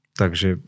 takže